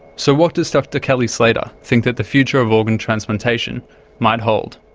so what does dr kellee slater think that the future of organ transplantation might hold?